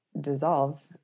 dissolve